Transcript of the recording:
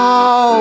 Now